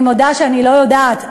אני מודה שאני לא יודעת.